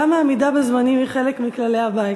גם העמידה בזמנים היא חלק מכללי הבית.